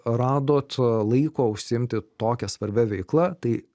radot laiko užsiimti tokia svarbia veikla tai